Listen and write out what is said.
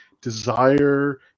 desire